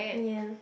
ya